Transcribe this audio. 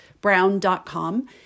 brown.com